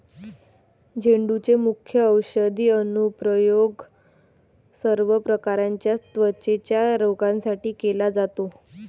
झेंडूचे मुख्य औषधी अनुप्रयोग सर्व प्रकारच्या त्वचेच्या रोगांसाठी केला जातो